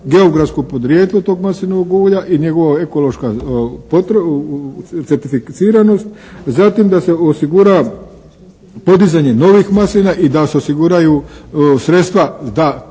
geografsko podrijetlo tog maslinovog ulja i njegova ekološka certificiranost, zatim da se osigura podizanje novih maslina i da se osiguraju sredstva za